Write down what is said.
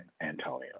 Antonio